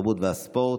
התרבות והספורט.